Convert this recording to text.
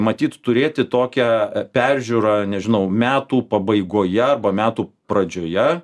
matyt turėti tokią peržiūrą nežinau metų pabaigoje arba metų pradžioje